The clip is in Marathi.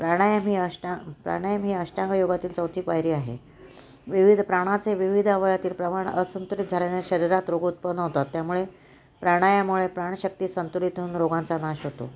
प्राणायाम ही अष्टा प्राणायाम ही अष्टांग योगातील चौथी पायरी आहे विविध प्राणाचे विविध अवयवातील प्रमाण असंतुलित झाल्याने शरीरात रोग उत्पन्न होतात त्यामुळे प्राणायामामुळे प्राणशक्ती संतुलित होऊन रोगांचा नाश होतो